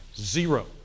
Zero